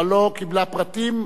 אבל לא קיבלה פרטים.